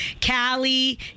Cali